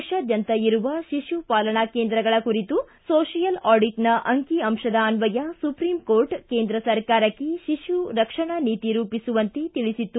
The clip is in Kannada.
ದೇಶಾದ್ಯಂತ ಇರುವ ಶಿಖಪಾಲನಾ ಕೇಂದ್ರಗಳ ಕುರಿತ ಸೋತಿಯಲ್ ಆಡಿಟ್ನ ಅಂಕಿ ಅಂಶದ ಅನ್ವಯ ಸುಪ್ರೀಂ ಕೋರ್ಟ್ ಕೇಂದ್ರ ಸರ್ಕಾರಕ್ಕೆ ಶಿಶು ರಕ್ಷಣಾ ನೀತಿ ರೂಪಿಸುವಂತೆ ತಿಳಿಸಿತ್ತು